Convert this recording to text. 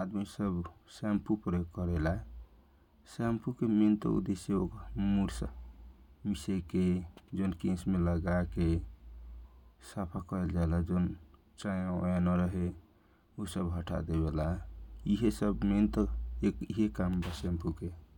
आदमी सब ज्यादा सेमफो से केश ओश धोवेला एकरा प्रयोग छे केश मे चाया नहोभेला उहे से यि बहुत प्रयोग मे आवेला ।